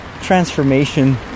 transformation